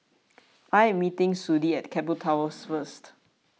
I am meeting Sudie at Keppel Towers First